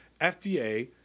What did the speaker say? FDA